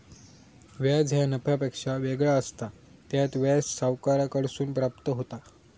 व्याज ह्या नफ्यापेक्षा वेगळा असता, त्यात व्याज सावकाराकडसून प्राप्त होता